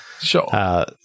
sure